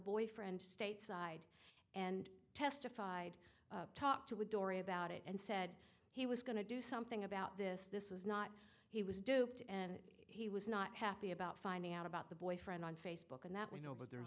boyfriend stateside and testified talked to a dory about it and said he was going to do something about this this was not he was duped and he was not happy about finding out about the boyfriend on facebook and that